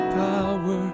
power